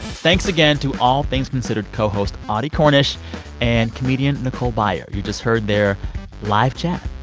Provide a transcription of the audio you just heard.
thanks again to all things considered co-host audie cornish and comedian nicole byer. you just heard their live chat.